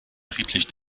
friedlich